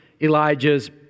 Elijah's